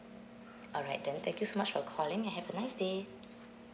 alright then thank you so much for calling and have a nice day